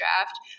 draft